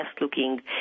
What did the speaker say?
looking